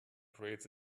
creates